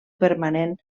permanent